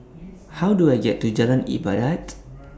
How Do I get to Jalan Ibadat